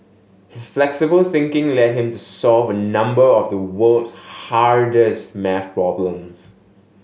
his flexible thinking led him to solve a number of the world's hardest maths problems